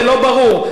לא, לא, זה לא ברור.